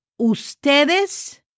ustedes